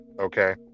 okay